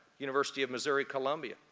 university of missouri columbia,